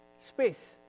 space